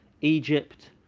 Egypt